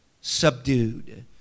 subdued